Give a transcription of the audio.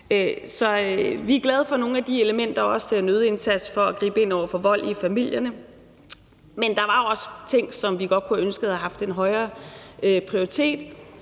Så vi er glade for nogle af de elementer, også den øgede indsats for at gribe ind over for vold i familierne. Men der var også ting, som vi godt kunne have ønsket havde haft en højere prioritet.